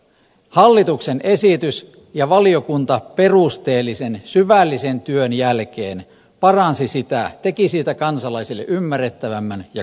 hallituksen esitys ja valiokunta perusteellisen syvällisen työn jälkeen paransi sitä teki siitä kansalaisille ymmärrettävämmän ja kohtuullisemman